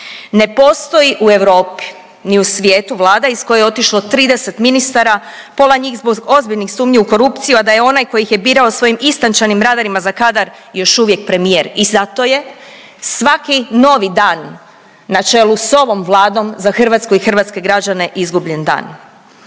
Ne postoji u Europi, ni u svijetu vlada iz koje je otišlo 30 ministara, pola njih zbog ozbiljnih sumnji u korupciju, a da je onaj koji ih je birao svojim istančanim radarima za kadar još uvijek premijer. I zato je svaki novi dan na čelu s ovom Vladom za Hrvatsku i hrvatske građane izgubljen dan.